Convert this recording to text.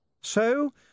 So